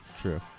true